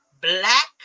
black